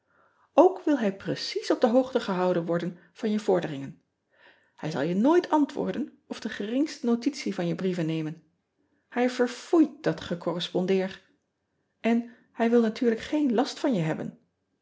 ok wil hij precies op de hoogte gehouden worden van je vorderingen ij zal je nooit antwoorden of de geringste notitie van je brieven nemen ij verfoeit dat gecorrespondeer n hij wil natuurlijk geen last van je hebben